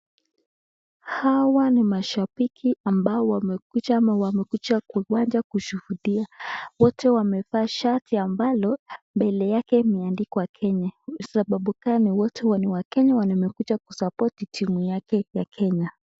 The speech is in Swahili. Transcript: Hawa ni mashabiki ambao wamekuja ama wamekuja kwa uwanja kushuhudia wote wamevaa shati ambalo ambayo mbele yake imeandikwa Kenya sababu gani wote ni wakenya na wamekuja kusapppoti timu yake ya Kenya.